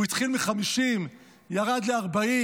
הוא התחיל מ-50, ירד ל-40,